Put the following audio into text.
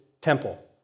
temple